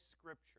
Scripture